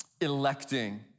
electing